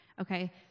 okay